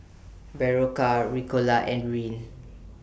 Berocca Ricola and Rene